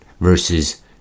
versus